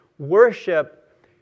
worship